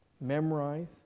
memorize